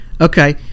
Okay